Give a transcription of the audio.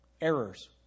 errors